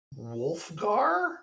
Wolfgar